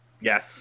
Yes